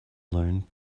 learned